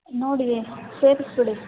ನೋಡಿ ಸೇರಿಸ್ಬಿಡಿ